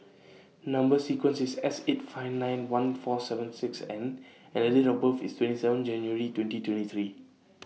Number sequence IS S eight five nine one four seven six N and Date of birth IS twenty seven January twenty twenty three